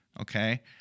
okay